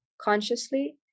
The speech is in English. consciously